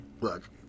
Look